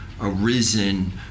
arisen